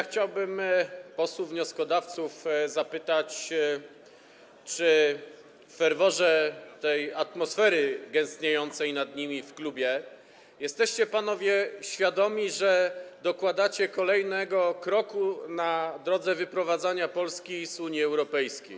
Chciałbym posłów wnioskodawców zapytać, czy w ferworze tej atmosfery gęstniejącej nad nimi w klubie jesteście panowie świadomi, że robicie tą ustawą kolejny krok na drodze wyprowadzania Polski z Unii Europejskiej.